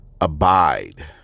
abide